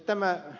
tämä ed